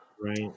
right